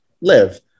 live